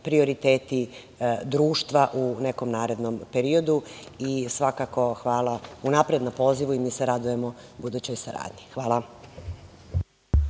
prioriteti društva u nekom narednom periodu i svakako hvala unapred na pozivu i mi se radujemo budućoj saradnji. Hvala.